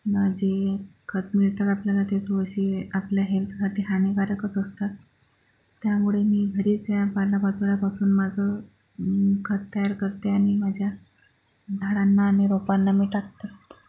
बाहेर जे खत मिळतात आपल्याला ते थोडेसे आपल्या हेल्थसाठी हानिकारकच असतात त्यामुळे मी घरीच ह्या पाल्यापाचोळ्यापासून माझं खत तयार करते आणि माझ्या झाडांना आणि रोपांना मी टाकते